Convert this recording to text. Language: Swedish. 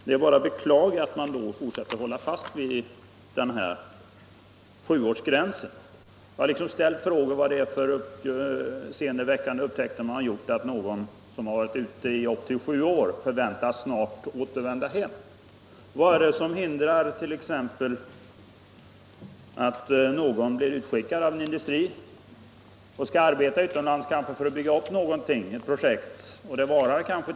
Det är bara att beklaga att man ändå håller fast vid sjuårsgränsen. Jag har ställt frågan vad det är för uppseendeväckande upptäckt som ligger till grund för påståendet att den som varit utomlands i sju år förväntas snart återvända hem. Vad är det som hindrar att en person blir utskickad av en industri för att bygga upp ett projekt utomlands som varar i tio år?